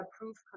approved